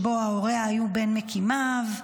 שהוריה היו בין מקימיו.